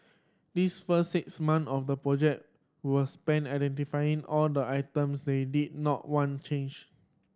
this first six month of the project were spent identifying all the items they did not want change